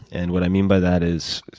and what i mean by that is,